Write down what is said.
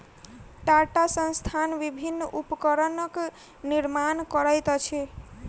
टाटा संस्थान विभिन्न उपकरणक निर्माण करैत अछि